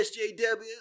SJWs